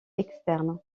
externe